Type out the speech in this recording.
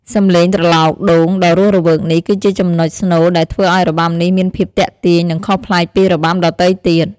សំឡេងត្រឡោកដូងដ៏រស់រវើកនេះ គឺជាចំណុចស្នូលដែលធ្វើឱ្យរបាំនេះមានភាពទាក់ទាញ និងខុសប្លែកពីរបាំដទៃទៀត។